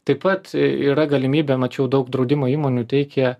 taip pat yra galimybė mačiau daug draudimo įmonių teikia